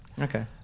Okay